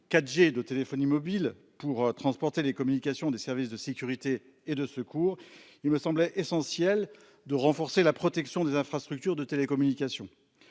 4G de téléphonie mobile pour transporter les communications des services de sécurité et de secours, il me semblait essentiel de renforcer la protection des infrastructures de télécommunications.